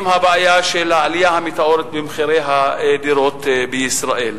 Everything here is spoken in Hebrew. עם הבעיה של העלייה המטאורית במחירי הדירות בישראל.